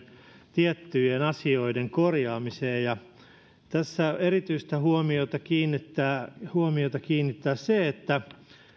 tiettyjen asioiden korjaamiseen tässä erityistä huomiota kiinnittää huomiota kiinnittää se että